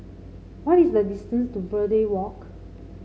what is the distance to Verde Walk